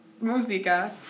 Música